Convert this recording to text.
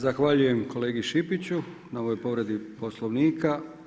Zahvaljujem kolegi Šipiću na ovoj povredi Poslovnika.